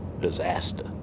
disaster